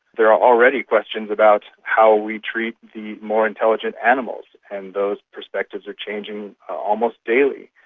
there are already questions about how we treat the more intelligent animals, and those perspectives are changing almost daily.